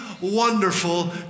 wonderful